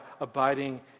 abiding